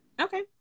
Okay